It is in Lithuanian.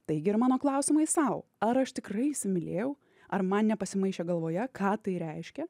taigi ir mano klausimai sau ar aš tikrai įsimylėjau ar man nepasimaišė galvoje ką tai reiškia